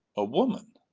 a woman?